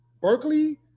Berkeley